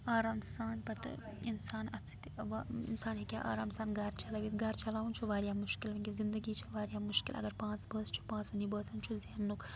آرام سان پَتہٕ اِنسان اَتھ سۭتۍ اِنسان ہیٚکہِ ہا آرام سان گَرٕ چَلٲوِتھ گَرٕ چَلاوُن چھُ واریاہ مُشکِل وٕنکٮ۪س زِندگی چھِ واریاہ مُشکِل اگر پانٛژھ بٲژ چھُ پانٛژھ ؤنی بٲژن چھُ زٮ۪نُک